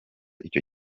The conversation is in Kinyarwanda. icyo